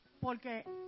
porque